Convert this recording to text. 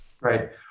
Right